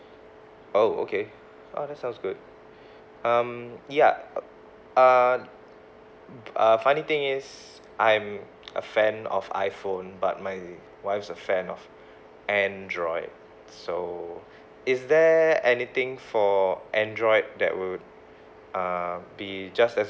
oh okay ah that sounds good um ya uh uh funny thing is I'm a fan of iphone but my wife is a fan of android so is there anything for android that will uh be just as